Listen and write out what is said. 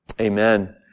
Amen